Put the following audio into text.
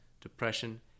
depression